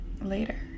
later